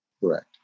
Correct